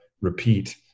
repeat